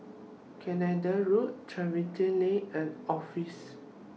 Canada Road Tiverton Lane and Office Road